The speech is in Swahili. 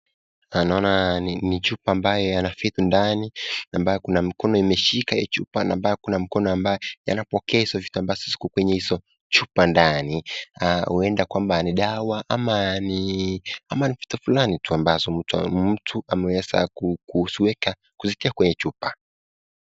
Hapa naona ni chupa ambaye kuna vitu ndani ambaye kuna mkono imeshika, anapokea hizo chupa ndani hunda kuwa ni dawa, ama ni vitu fulani amboyo mtu aliweza kuweka kwenye chupa.